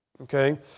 Okay